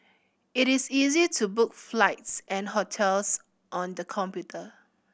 it is easy to book flights and hotels on the computer